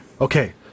Okay